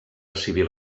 civil